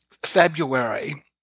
February